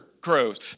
crows